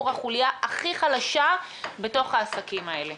עבור החוליה הכי חלשה בתוך העסקים האלה?